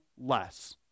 less